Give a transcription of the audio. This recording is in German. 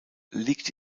liegt